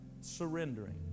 Surrendering